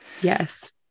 Yes